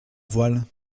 voiles